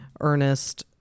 Ernest